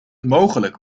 mogelijk